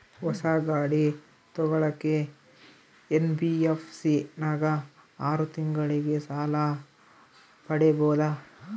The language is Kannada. ಹೊಸ ಗಾಡಿ ತೋಗೊಳಕ್ಕೆ ಎನ್.ಬಿ.ಎಫ್.ಸಿ ನಾಗ ಆರು ತಿಂಗಳಿಗೆ ಸಾಲ ಪಡೇಬೋದ?